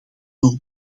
nog